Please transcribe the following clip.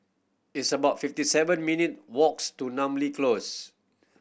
it's about fifty seven minute walks to Namly Close